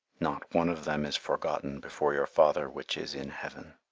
not one of them is forgotten before your father which is in heaven.